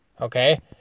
Okay